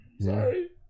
sorry